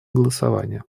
голосования